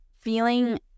feeling